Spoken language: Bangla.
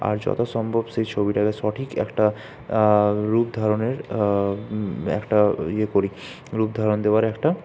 আর যত সম্ভব সেই ছবিটাকে সঠিক একটা রূপ ধারণের একটা ইয়ে করি রূপ ধারণ দেওয়ার একটা